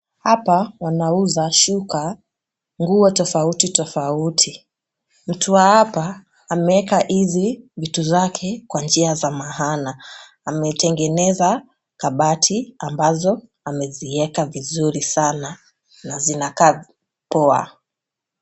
Apa wanauza shuka, nguo tofauti tofauti. Mtu wa apa ameeka hizi vitu zake kwa njia za maana. Ametengeneza kabati ambazo amezieka vizuri sana na zinakaa poa .